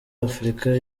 afurika